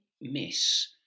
miss